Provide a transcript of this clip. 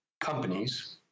companies